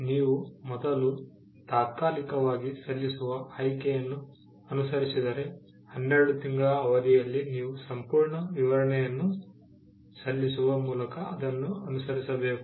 ನೀವು ಮೊದಲು ತಾತ್ಕಾಲಿಕವಾಗಿ ಸಲ್ಲಿಸುವ ಆಯ್ಕೆಯನ್ನು ಅನುಸರಿಸಿದರೆ 12 ತಿಂಗಳ ಅವಧಿಯಲ್ಲಿ ನೀವು ಸಂಪೂರ್ಣ ವಿವರಣೆಯನ್ನು ಸಲ್ಲಿಸುವ ಮೂಲಕ ಅದನ್ನು ಅನುಸರಿಸಬೇಕು